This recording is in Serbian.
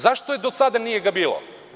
Zašto ga do sada nije bilo?